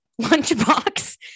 lunchbox